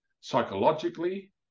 psychologically